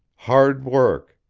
hard work,